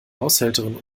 haushälterin